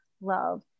love